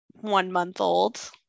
one-month-old